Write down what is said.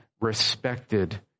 respected